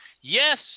Yes